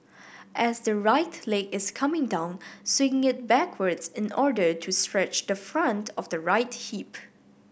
as the right leg is coming down swing it backwards in order to stretch the front of the right hip